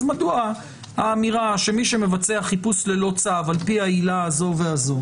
אז מדוע האמירה שמי שמבצע חיפוש ללא צו על פי העילה הזו והזו